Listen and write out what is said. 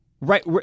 right